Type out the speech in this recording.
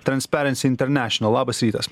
transperens internešinal labas rytas